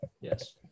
Yes